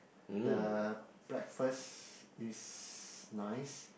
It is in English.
the breakfast is nice